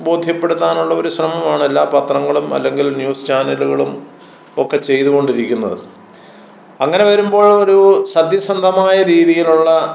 ബോധ്യപ്പെടുത്താനുള്ള ഒരു ശ്രമമാണ് എല്ലാ പത്രങ്ങളും അല്ലെങ്കിൽ ന്യൂസ് ചാനലുകളും ഒക്കെ ചെയ്ത് കൊണ്ടിരിക്കുന്നത് അങ്ങനെ വരുമ്പോൾ ഒരു സത്യസന്ധമായ രീതിയിലുള്ള